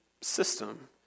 system